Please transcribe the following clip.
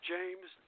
James